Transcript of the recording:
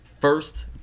first